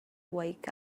wake